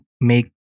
Make